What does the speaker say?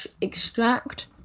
extract